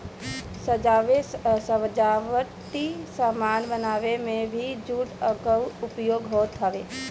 सजावटी सामान बनावे में भी जूट कअ उपयोग होत हवे